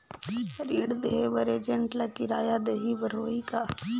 ऋण देहे बर एजेंट ला किराया देही बर होही का?